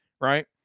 Right